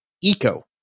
eco